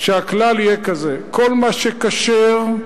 שהכלל יהיה כזה: כל מה שכשר,